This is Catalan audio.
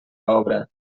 obra